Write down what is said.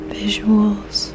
visuals